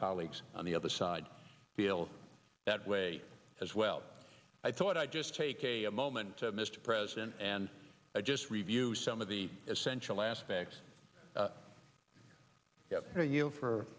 colleagues on the other side feel that way as well i thought i'd just take a moment mr president and i just review some of the essential aspects are you for